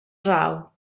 draw